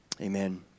Amen